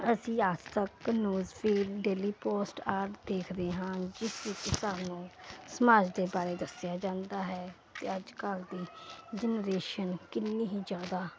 ਅਸੀਂ ਆਜ ਤੱਕ ਨਿਊਜ਼ ਫੀਲ Daily Post ਆਦਿ ਦੇਖਦੇ ਹਾਂ ਜਿਸ ਵਿੱਚ ਸਾਨੂੰ ਸਮਾਜ ਦੇ ਬਾਰੇ ਦੱਸਿਆ ਜਾਂਦਾ ਹੈ ਤੇ ਅੱਜ ਕੱਲ ਦੀ ਜੰਨਰੇਸ਼ਨ ਕਿੰਨੀ ਹੀ ਜਿਆਦਾ